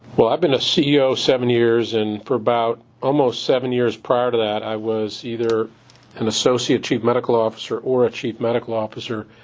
well, i've been a ceo seven years, and for about almost seven years prior to that, i was either an associate chief medical officer or a chief medical officer.